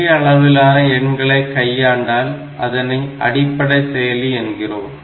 சிறிய அளவிலான எண்களை கையாண்டால் அதனை அடிப்படை செயலி என்கிறோம்